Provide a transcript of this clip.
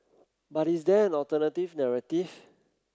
but is there an alternative narrative